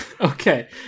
okay